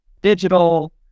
digital